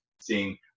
seeing